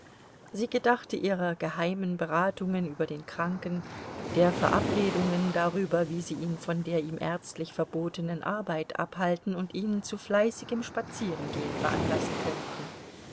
sie gedachte ihrer geheimen beratungen über den kranken der verabredungen darüber wie sie ihn von der ihm ärztlich verbotenen arbeit abhalten und ihn zu fleißigem spazierengehen veranlassen könnten